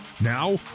Now